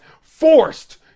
Forced